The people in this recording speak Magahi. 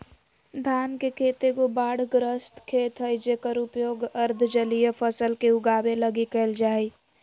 धान के खेत एगो बाढ़ग्रस्त खेत हइ जेकर उपयोग अर्ध जलीय फसल के उगाबे लगी कईल जा हइ